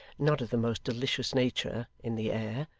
not of the most delicious nature, in the air,